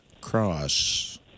cross